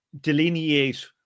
delineate